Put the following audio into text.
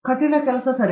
hard ಕೆಲಸ ಸರಿ